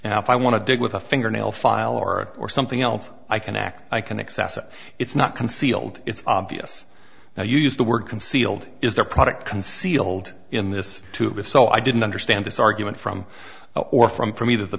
now if i want to dig with a fingernail file or or something else i can act i can access it it's not concealed it's obvious now you used the word concealed is the product concealed in this tube if so i didn't understand this argument from or from from either the